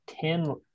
ten